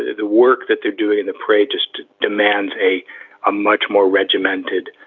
the work that they're doing in the parade just demands a ah much more regimented,